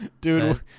Dude